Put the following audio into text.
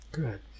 Good